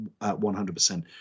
100%